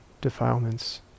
defilements